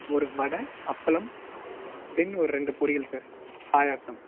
ஒரு வடை அப்பளம் தென் ஒரு ரெண்டு பொரியல் சார் பாயாசம்